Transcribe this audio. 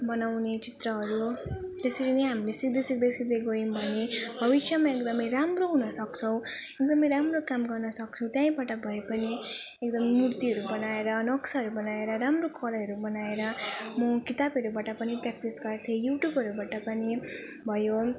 बनाउने चित्रहरू त्यसरी नै हामीले सिक्दै सिक्दै सिक्दै गयौँ भने भविष्यमा एकदम राम्रो हुन सक्छौँ एकदम राम्रो काम गर्न सक्छौँ त्यहीँबाट भए पनि एकदम मूर्तिहरू बनाएर नक्साहरू बनाएर राम्रो कलाहरू बनाएर म किताबहरूबाट पनि प्र्याक्टिस गर्थेँ युट्युबहरूबाट पनि भयो